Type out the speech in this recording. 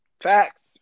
Facts